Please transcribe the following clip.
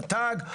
רט"ג,